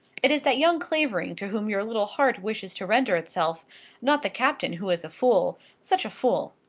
it is that young clavering to whom your little heart wishes to render itself not the captain who is a fool such a fool!